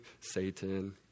Satan